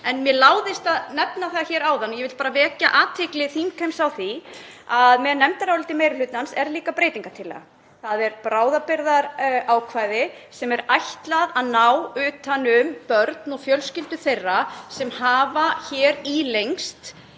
En mér láðist að nefna það hér áðan og ég vildi bara vekja athygli þingheims á því að með nefndaráliti meiri hlutans er líka breytingartillaga. Það er bráðabirgðaákvæði sem er ætlað að ná utan um börn og fjölskyldur þeirra sem hafa hér ílenst,